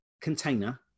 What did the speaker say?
container